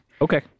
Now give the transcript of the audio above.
Okay